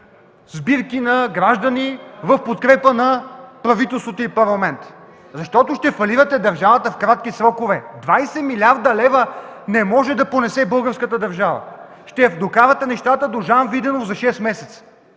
сбирки на граждани в подкрепа на правителството и Парламента, защото ще фалирате държавата в кратки срокове. Българската държава не може да понесе двадесет милиарда лева! Ще докарате нещата до Жан Виденов за 6 месеца.